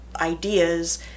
ideas